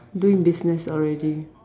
doing business already